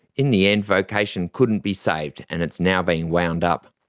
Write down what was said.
in the end, vocation couldn't be saved and it's now being wound up.